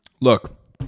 Look